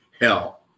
hell